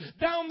down